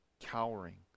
cowering